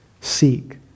seek